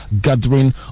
gathering